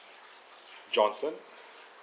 johnson